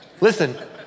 listen